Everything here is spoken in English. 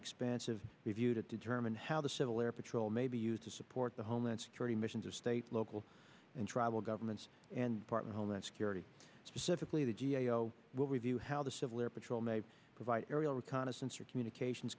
expansive review to determine how the civil air patrol may be used to support the homeland security missions or state local and tribal governments and part of homeland security specifically the g a o will review how the civil air patrol may provide aerial reconnaissance or communications